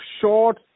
short